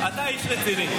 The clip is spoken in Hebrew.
אתה איש רציני.